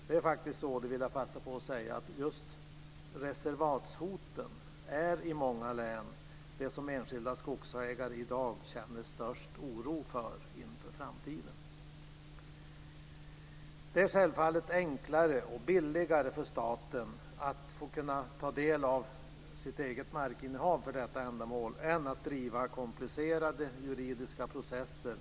Det är faktiskt så, det vill jag passa på att säga, att just reservatshoten i många län är det som enskilda skogsägare i dag känner störst oro för inför framtiden. Det är självfallet enklare och billigare för staten att kunna ta del av sitt eget markinnehav för detta ändamål än att driva komplicerade, juridiska processer.